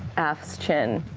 af's chin.